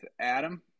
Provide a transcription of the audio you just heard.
adam